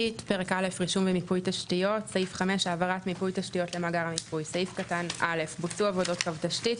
העברת מיפוי תשתיות למאגר המיפוי 5. (א) בוצעו עבודות קו תשתית,